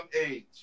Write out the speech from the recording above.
age